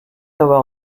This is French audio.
avoir